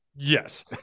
Yes